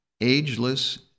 Ageless